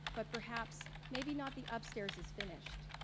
but perhaps maybe not the upstairs is finished.